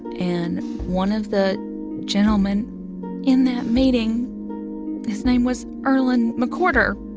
and one of the gentleman in that meeting his name was erlan mcquarter